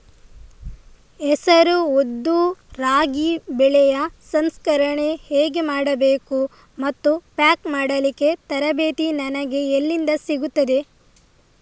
ಹೆಸರು, ಉದ್ದು, ರಾಗಿ ಬೆಳೆಯ ಸಂಸ್ಕರಣೆ ಹೇಗೆ ಮಾಡಬೇಕು ಮತ್ತು ಪ್ಯಾಕ್ ಮಾಡಲಿಕ್ಕೆ ತರಬೇತಿ ನನಗೆ ಎಲ್ಲಿಂದ ಸಿಗುತ್ತದೆ?